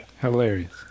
Hilarious